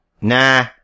Nah